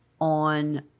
on